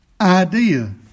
idea